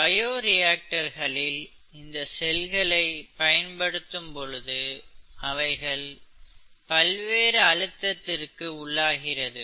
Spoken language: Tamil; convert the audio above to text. பயோரியாக்டர்களில் இந்த செல்களை பயன்படுத்தும் பொழுது அவைகள் பல்வேறு அழுத்தத்திற்கு உள்ளாகிறது